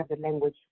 language